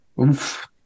Oof